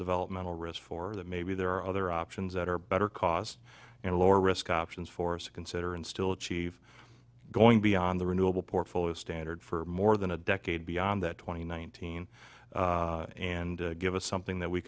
developmental risk for that maybe there are other options that are better cost and lower risk options for us to consider and still achieve going beyond the renewable portfolio standard for more than a decade beyond that twenty nineteen and give us something that we